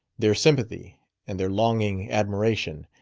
their sympathy and their longing admiration,